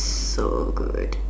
so good